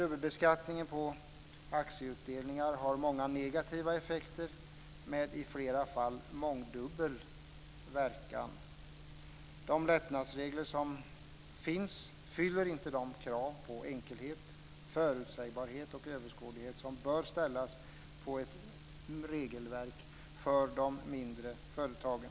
Dubbelbeskattningen på aktieutdelningar har många negativa effekter med i flera fall mångdubbel verkan. De lättnadsregler som finns uppfyller inte de krav på enkelhet, förutsägbarhet och överskådlighet som bör ställas på ett regelverk för de mindre företagen.